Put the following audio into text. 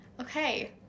Okay